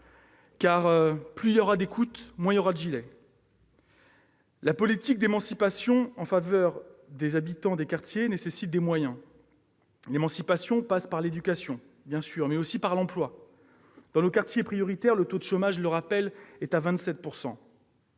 car, plus il y aura d'écoute, moins il y aura de « gilets jaunes »! La politique d'émancipation en faveur des habitants des quartiers nécessite des moyens. L'émancipation passe par l'éducation, bien sûr, mais aussi par l'emploi. Dans nos quartiers prioritaires, le taux de chômage, je le rappelle, est de 27 %.